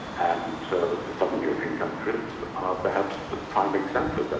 and so the southern european countries are perhaps the prime example of that,